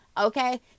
okay